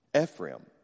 Ephraim